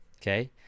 Okay